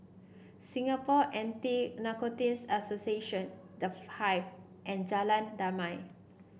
Singapore Anti Narcotics Association The Hive and Jalan Damai